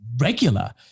regular